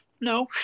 no